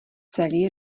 celý